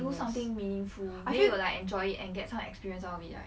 do something meaningful then you like enjoy it and get some experience out of it right